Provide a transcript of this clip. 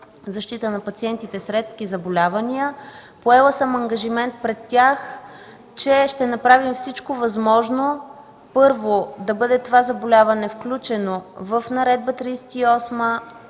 „Защита на пациентите с редки заболявания”. Поел съм ангажимент пред тях, че ще направим всичко възможно – първо, това заболяване да бъде включено в Наредба №